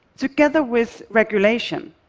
together with regulation,